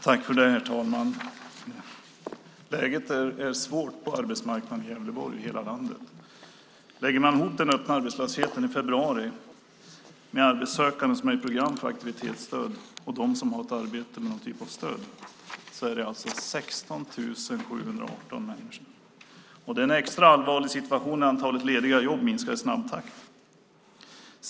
Herr talman! Läget är svårt på arbetsmarknaden i Gävleborg - och i hela landet. Lägger man ihop den öppna arbetslösheten i februari med de arbetssökande som är i program för aktivitetsstöd och de som har ett arbete med någon typ av stöd blir det alltså 16 718 människor. Det är en extra allvarlig situation när antalet lediga jobb minskar i snabb takt.